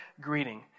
greeting